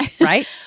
right